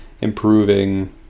improving